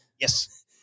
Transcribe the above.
Yes